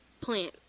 plant